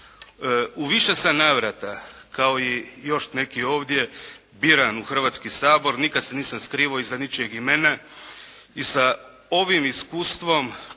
U više sam navrata kao i još neki ovdje biran u Hrvatski sabor, nikada se nisam skrivao iza ničijeg imena i sa ovim iskustvom